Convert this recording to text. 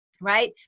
right